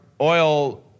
oil